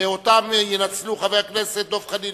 שאותן ינצלו חברי הכנסת דב חנין,